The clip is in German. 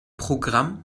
programm